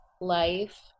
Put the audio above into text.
life